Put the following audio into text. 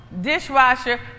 dishwasher